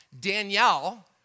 Danielle